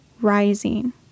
rising